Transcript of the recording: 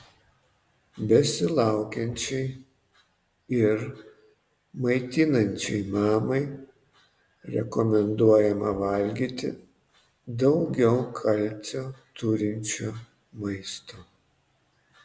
besilaukiančiai ir maitinančiai mamai rekomenduojama valgyti daugiau kalcio turinčio maisto